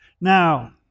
Now